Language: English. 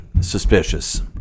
Suspicious